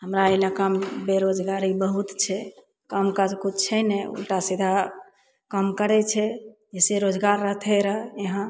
हमरा इलाकामे बेरोजगारी बहुत छै काम काज तऽ किछु छै नहि उलटा सीधा काम करय छै जैसे रोजगार रहतय रऽ यहाँ